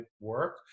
work